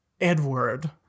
Edward